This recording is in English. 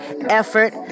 effort